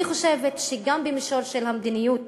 אני חושבת שגם במישור של המדיניות